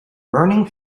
burning